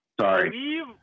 sorry